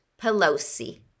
Pelosi